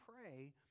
pray